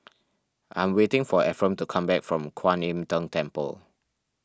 I am waiting for Efrem to come back from Kuan Im Tng Temple